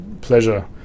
pleasure